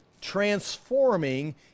transforming